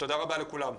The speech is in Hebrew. תודה רבה לכולם.